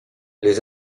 les